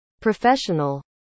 professional